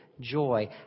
joy